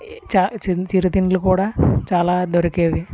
చా చి చిరుతిండ్లు కూడా చాలా దొరికేవి